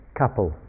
couple